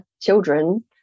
children